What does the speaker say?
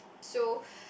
so